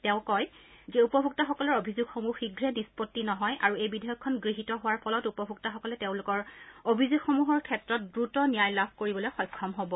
তেওঁ কয় যে উপভোক্তাসকলৰ অভিযোগসমূহ শীষ্ৰে নিষ্পণ্ডি নহয় আৰু এই বিধেয়কখন গৃহীত হোৱাৰ ফলত উপভোক্তাসকলে তেওঁলোকৰ অভিযোগসমূহৰ ক্ষেত্ৰত দ্ৰুত ন্যায় লাভ কৰিবলৈ সক্ষম হ'ব